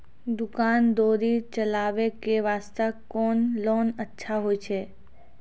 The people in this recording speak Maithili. दुकान दौरी चलाबे के बास्ते कुन लोन अच्छा होय छै?